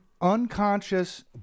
unconscious